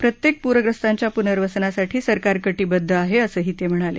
प्रत्येक पूरग्रस्तांच्या पुनर्वसनासाठी सरकार कटीबद्द आहे असंही ते म्हणाले